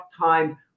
time